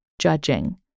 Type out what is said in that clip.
judging